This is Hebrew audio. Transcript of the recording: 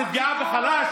זה פגיעה בחלש?